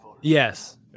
Yes